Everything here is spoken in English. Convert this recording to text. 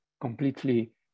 completely